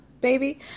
baby